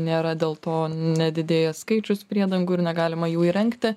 nėra dėl to nedidėja skaičius priedangų ir negalima jų įrengti